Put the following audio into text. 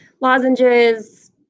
lozenges